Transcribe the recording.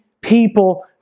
people